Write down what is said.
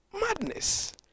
Madness